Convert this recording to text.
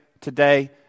today